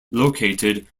located